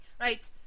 Right